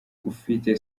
ufite